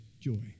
joy